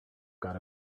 got